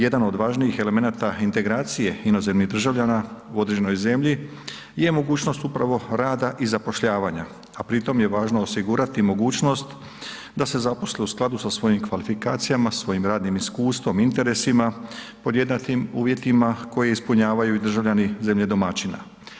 Jedan od važnijih elemenata integracije inozemnih državljana u određenoj zemlji je mogućnost upravo rada i zapošljavanja, a pri tom je važno osigurati mogućnost da se zaposle u skladu sa svojim kvalifikacijama, svojim radnim iskustvom, interesima, pod jednakim uvjetima koje ispunjavaju i državljani zemlje domaćina.